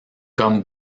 comme